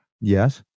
yes